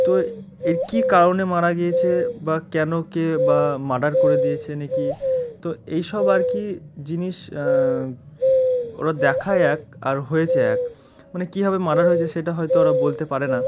তো এর কী কারণে মারা গিয়েছে বা কেন কে বা মার্ডার করে দিয়েছে না কি তো এইসব আর কি জিনিস ওরা দেখায় এক আর হয়েছে এক মানে কীভাবে মার্ডার হয়েছে সেটা হয়তো ওরা বলতে পারে না